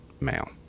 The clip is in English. male